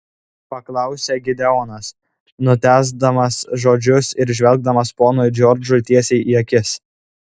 paklausė gideonas nutęsdamas žodžius ir žvelgdamas ponui džordžui tiesiai į akis